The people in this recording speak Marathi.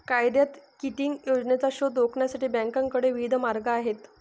कायद्यात किटिंग योजनांचा शोध रोखण्यासाठी बँकांकडे विविध मार्ग आहेत